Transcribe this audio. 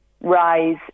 rise